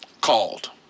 called